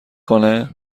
کنه